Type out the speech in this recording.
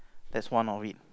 that's one of it